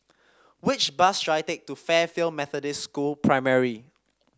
which bus should I take to Fairfield Methodist School Primary